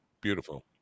Beautiful